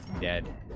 dead